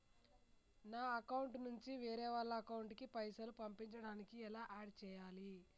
నా అకౌంట్ నుంచి వేరే వాళ్ల అకౌంట్ కి పైసలు పంపించడానికి ఎలా ఆడ్ చేయాలి?